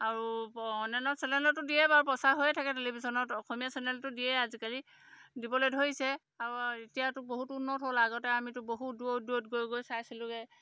আৰু অনলাইনৰ চেনেলতো দিয়ে বাৰু প্ৰচাৰ হৈয়ে থাকে টেলিভিশ্যনত অসমীয়া চেনেলটো দিয়ে আজিকালি দিবলৈ ধৰিছে আৰু এতিয়াতো বহুত উন্নত হ'ল আগতে আমিতো বহুত দূৰত দূৰত গৈ গৈ চাইছিলোগৈ